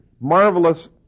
marvelous